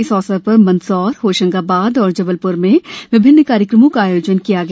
इस अवसर पर मन्दसौर होशंगाबाद और जबलप्र में विभिन्न कार्यक्रमों का आयोजन किया गया